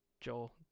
Joel